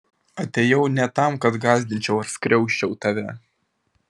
atėjau ne tam kad gąsdinčiau ar skriausčiau tave